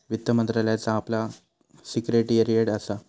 वित्त मंत्रालयाचा आपला सिक्रेटेरीयेट असा